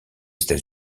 états